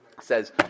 says